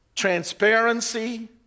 transparency